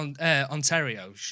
Ontario